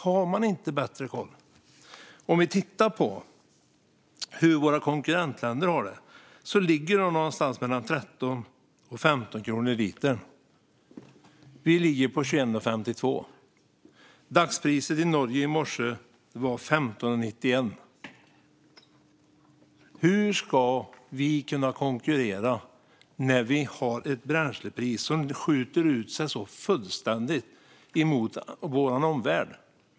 Vi kan titta på hur våra konkurrentländer har det. Där ligger priset på någonstans mellan 13 och 15 kronor litern. Vi ligger på 21,52. Dagspriset i Norge i morse var 15,91. Hur ska vi kunna konkurrera när vi har ett bränslepris som skjuter ut sig så fullständigt mot priserna i vår omvärld?